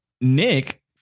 Nick